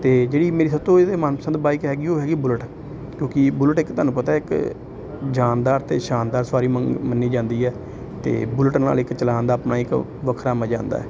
ਅਤੇ ਜਿਹੜੀ ਮੇਰੀ ਸਭ ਤੋਂ ਇਹਦੇ ਮਨਪਸੰਦ ਬਾਈਕ ਹੈਗੀ ਉਹ ਹੈਗੀ ਹੈ ਬੁਲਟ ਕਿਉਂਕਿ ਬੁਲਟ ਇੱਕ ਤੁਹਾਨੂੰ ਪਤਾ ਇੱਕ ਜਾਨਦਾਰ ਅਤੇ ਸ਼ਾਨਦਾਰ ਸਵਾਰੀ ਮੰ ਮੰਨੀ ਜਾਂਦੀ ਹੈ ਅਤੇ ਬੁਲਟ ਨਾਲ ਇੱਕ ਚਲਾਉਣ ਦਾ ਆਪਣਾ ਇੱਕ ਵੱਖਰਾ ਮਜਾ ਆਉਂਦਾ ਹੈ